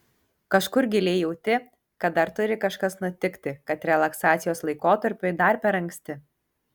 kažkur giliai jauti kad dar turi kažkas nutikti kad relaksacijos laikotarpiui dar per anksti